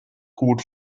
gut